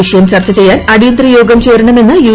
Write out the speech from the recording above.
വിഷയം ചർച്ച ചെയ്യാൻ അടിയന്തര യോഗം ചേരണമെന്ന് യു